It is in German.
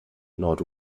not